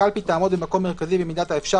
הקלפי תעמוד במקום מרכזי במידת האפשר